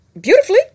beautifully